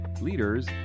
leaders